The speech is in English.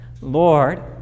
Lord